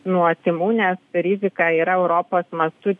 nuo tymų nes rizika yra europos mastu